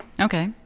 Okay